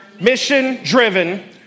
mission-driven